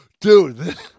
dude